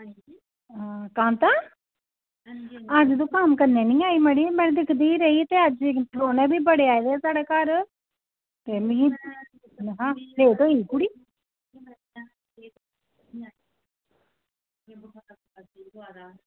अं कांता ते अज्ज मड़ी तूं कन्नै निं आई में दिक्खदी रेही ते परौह्ने बी बड़े आए दे हे साढ़े घर ते मिगी दिक्खां लेट होई कुड़ी